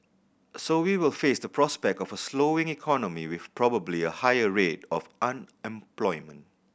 so we will face the prospect of a slowing economy with probably a higher rate of unemployment